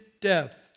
death